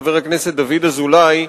חבר הכנסת דוד אזולאי,